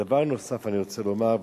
דבר נוסף אני רוצה לומר,